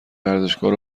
ورزشکار